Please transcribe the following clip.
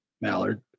Mallard